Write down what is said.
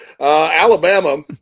Alabama